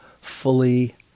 fully